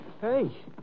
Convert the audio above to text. Hey